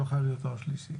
לא חייב להיות עם תואר שלישי.